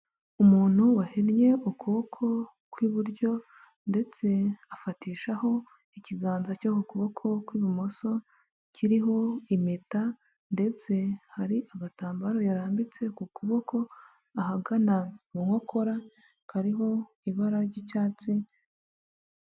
Umuntu wahinnye ukuboko kw'iburyo ndetse afatishaho ikiganza cyo kuboko kw'ibumoso kiriho impeta ndetse hari agatambaro yarambitse ku kuboko ahagana mu nkokora kariho ibara ry'icyatsi.